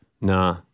Nah